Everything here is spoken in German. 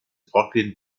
brooklyn